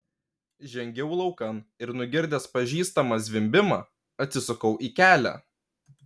žengiau laukan ir nugirdęs pažįstamą zvimbimą atsisukau į kelią